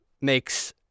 makes